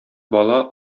бала